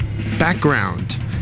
background